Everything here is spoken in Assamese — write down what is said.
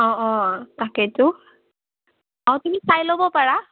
অঁ অঁ তাকেইতো অঁ তুমি চাই ল'ব পাৰা